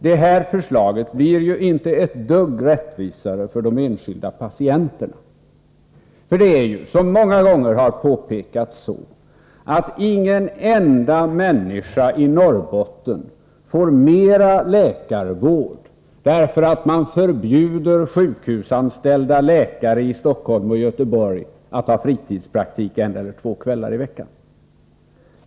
Det här förslaget blir ju inte ett dugg rättvisare för de enskilda patienterna. Som så ofta har påpekats får ju ingen enda människa i Norrbotten mer läkarvård bara därför att man förbjuder sjukhusanställda läkare i Stockholm och Göteborg att ha fritidspraktik en eller två kvällar i veckan.